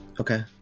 Okay